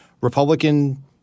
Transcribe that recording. Republican